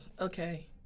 okay